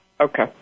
Okay